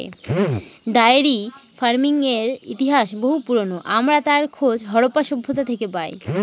diary ফার্মিংয়ের ইতিহাস বহু পুরোনো, আমরা তার খোঁজ হরপ্পা সভ্যতা থেকে পাই